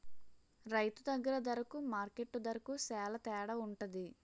రైతు దగ్గర దరకు మార్కెట్టు దరకు సేల తేడవుంటది